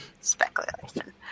speculation